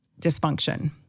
dysfunction